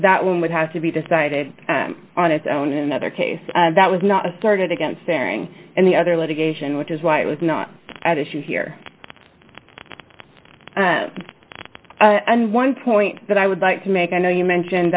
that one would have to be decided on its own another case that was not a started against airing and the other litigation which is why it was not at issue here and one point that i would like to make i know you mentioned